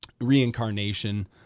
reincarnation